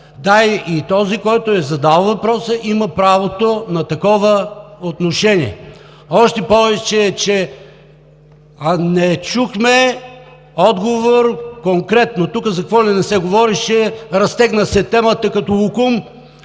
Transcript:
Да, и този, който е задал въпроса, има правото на такова отношение, още повече че не чухме конкретно отговор. Тук за какво ли не се говореше, разтегна се темата като локум